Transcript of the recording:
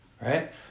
Right